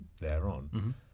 thereon